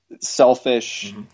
selfish